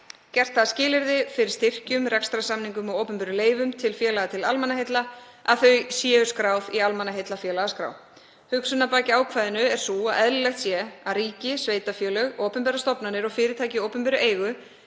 gert það að skilyrði fyrir styrkjum, rekstrarsamningum og opinberum leyfum til félaga til almannaheilla að þau séu skráð í almannaheillafélagaskrá. Hugsunin að baki ákvæðinu er sú að eðlilegt sé að ríki, sveitarfélög, opinberar stofnanir og fyrirtæki í opinberri eigu